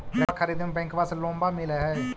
ट्रैक्टरबा खरीदे मे बैंकबा से लोंबा मिल है?